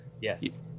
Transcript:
Yes